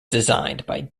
designed